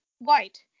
White